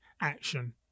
action